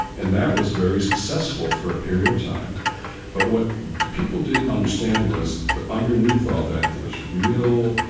and that was very successful for ah period of time but what people didn't understand was that underneath all that, there was real